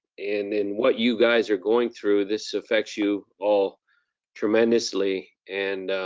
and and what you guys are going through. this affects you all tremendously, and